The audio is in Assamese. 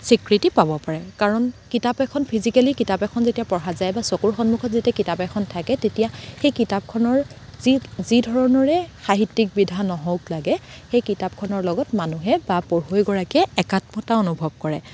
স্ৱীকৃতি পাব পাৰে কাৰণ কিতাপ এখন ফিজিকেলি কিতাপ এখন যেতিয়া পঢ়া যায় বা চকুৰ সন্মুখত যেতিয়া কিতাপ এখন থাকে তেতিয়া সেই কিতাপখনৰ যি যি ধৰণৰে সাহিত্যিক বিধান নহওক লাগে সেই কিতাপখনৰ লগত মানুহে বা পঢ়ুৱৈগৰাকীয়ে একাত্মতা অনুভৱ কৰে